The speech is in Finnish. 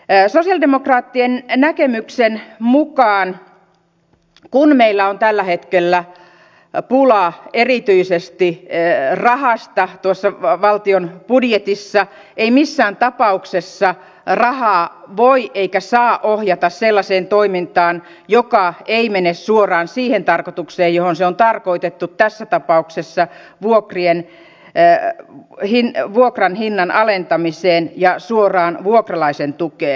sosialidemokraattien näkemyksen mukaan kun meillä on tällä hetkellä pulaa erityisesti rahasta valtion budjetissa ei missään tapauksessa rahaa voi eikä saa ohjata sellaiseen toimintaan joka ei mene suoraan siihen tarkoitukseen johon se on tarkoitettu tässä tapauksessa vuokran hinnan alentamiseen ja suoraan vuokralaisen tukeen